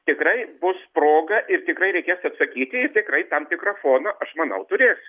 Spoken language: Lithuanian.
tikrai bus proga ir tikrai reikės atsakyti ir tikrai tam tikrą foną aš manau turės